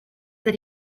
that